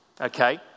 Okay